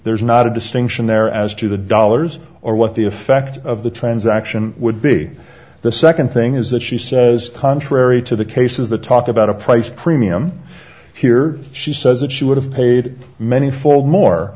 there's not a distinction there as to the dollars or what the effect of the transaction would be the second thing is that she says contrary to the cases the talk about a price premium here she says that she would have paid many fold more